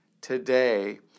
today